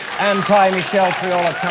anti michele triola